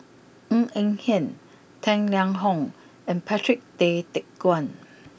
Ng Eng Hen Tang Liang Hong and Patrick Tay Teck Guan